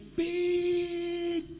big